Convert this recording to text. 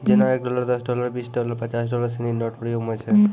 जेना एक डॉलर दस डॉलर बीस डॉलर पचास डॉलर सिनी नोट प्रयोग म छै